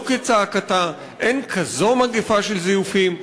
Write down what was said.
לא כצעקתה, אין כזאת מגפה של זיופים.